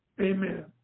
amen